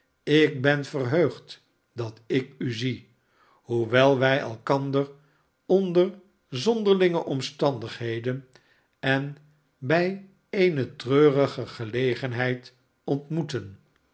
ik ben verheugd dat ik u zie hoewel wij elkander onder zonderlinge omstandigheden en bij eene treurige gelegenheid ontmoeten